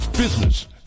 Business